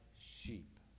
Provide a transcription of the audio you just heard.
sheep